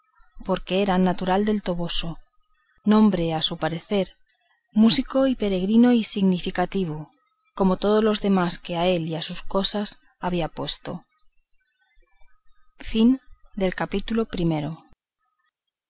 porque era natural del toboso nombre a su parecer músico y peregrino y significativo como todos los demás que a él y a sus cosas había puesto capítulo